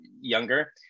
younger